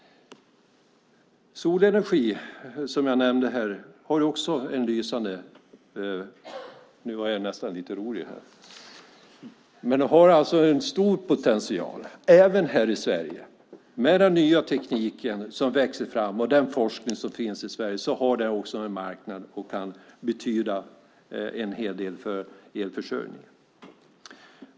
Solenergi har, som jag nämnde, en stor potential även i Sverige. Med den nya teknik som växer fram och den forskning som finns i Sverige har den en marknad och kan betyda en hel del för elförsörjningen.